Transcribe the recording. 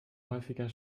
häufiger